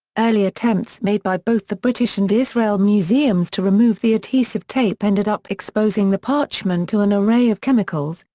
early attempts made by both the british and israel museums to remove the adhesive tape ended up exposing the parchment to an array of chemicals,